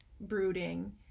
brooding